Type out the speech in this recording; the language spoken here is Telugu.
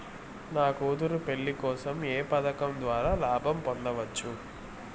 నా కూతురు పెళ్లి కోసం ఏ పథకం ద్వారా లాభం పొందవచ్చు?